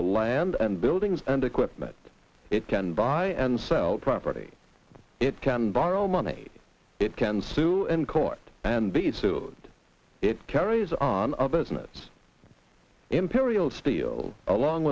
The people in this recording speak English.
the land and buildings and equipment it can buy and sell property it can borrow money it can sue in court and be sued it carries on a business imperial studio along